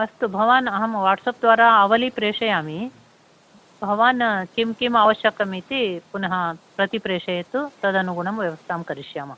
अस्तु भवान् अहं वाट्सप् द्वारा अवली प्रेषयामि भवान् किं किम् आवश्यकम् इति पुनः प्रति प्रेषयतु तदनुगुणं व्यवस्थां करिष्यामः